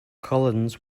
collins